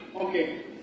Okay